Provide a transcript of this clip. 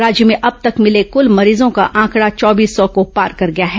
राज्य में अब तक मिले कुल मरीजों का आंकड़ा चौबीस सौ को पार कर गया है